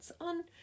on